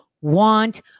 want